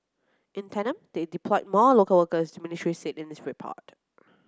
in tandem they deployed more local workers the ministry said in its report